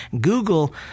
Google